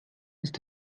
ist